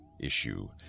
issue